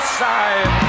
side